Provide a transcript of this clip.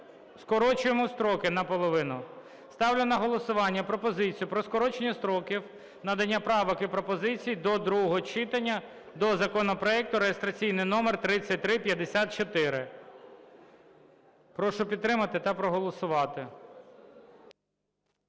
Скорочуємо строки наполовину. Ставлю на голосування пропозицію про скорочення строків надання правок і пропозицій до другого читання до законопроекту реєстраційний номер 3354. Прошу підтримати та проголосувати.